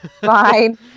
fine